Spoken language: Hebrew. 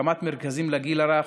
הקמת מרכזים לגיל הרך,